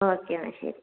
okay എന്നാൽ ശരി